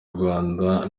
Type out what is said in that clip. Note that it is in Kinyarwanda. rwanda